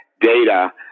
data